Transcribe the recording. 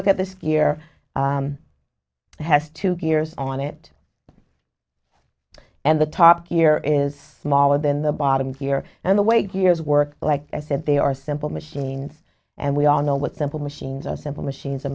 look at this year has two gears on it and the top tier is smaller than the bottom here and the weight gears work like i said they are simple machines and we all know what simple machines are simple machines